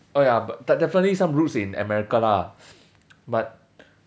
oh ya but definitely some roots in american lah but